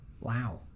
wow